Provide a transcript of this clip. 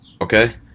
okay